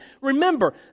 Remember